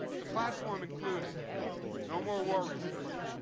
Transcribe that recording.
the platform included no more war research,